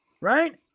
Right